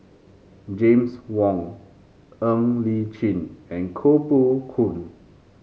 James Wong Ng Li Chin and Koh Poh Koon